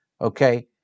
okay